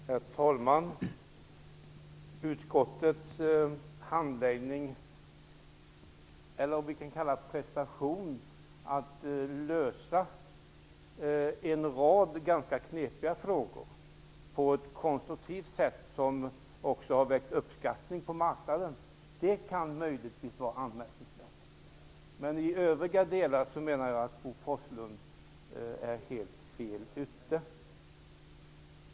Herr talman! Utskottets prestation att lösa en rad ganska knepiga frågor på ett konstruktivt sätt som också har väckt uppskattning på marknaden kan möjligtvis vara anmärkningsvärt. Men i övriga delar menar jag att Bo Forslund är ute i helt fel ärende.